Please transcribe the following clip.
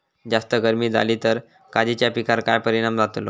जास्त गर्मी जाली तर काजीच्या पीकार काय परिणाम जतालो?